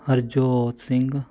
Harjot Singh